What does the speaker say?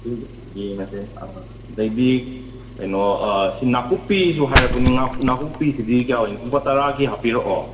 ꯑꯗꯨ ꯌꯦꯡꯉꯁꯦ ꯑꯥ ꯑꯗꯩꯗꯤ ꯀꯩꯅꯣ ꯁꯦ ꯅꯥꯀꯨꯞꯄꯤꯁꯨ ꯍꯥꯏꯔꯛꯄꯅꯦ ꯅꯥꯀꯨꯞ ꯅꯥꯀꯨꯞꯄꯤꯁꯤꯗꯤ ꯀꯌꯥ ꯑꯣꯏꯅꯤ ꯂꯨꯄꯥ ꯇꯔꯥꯒꯤ ꯍꯥꯞꯄꯤꯔꯛꯑꯣ